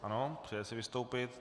Ano, přeje si vystoupit.